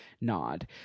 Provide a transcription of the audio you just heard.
nod